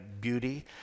beauty